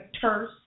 terse